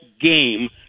game